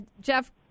Jeff